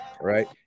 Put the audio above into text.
Right